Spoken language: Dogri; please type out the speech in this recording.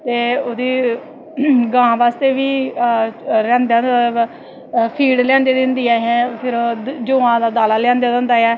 ते ओह्दी गां बास्तै बा रैह्दी फीड लेआंदी दी होंदी ऐ असैं फिर जवां दीा दीली लेआंदे दा होंदा ऐ